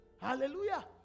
Hallelujah